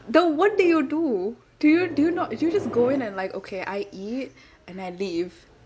then what did you do do you do you not do you just go in and like okay I eat and I leave